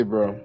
Bro